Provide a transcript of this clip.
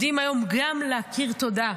יודעים היום גם להכיר תודה לרמטכ"ל.